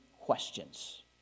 questions